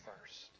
first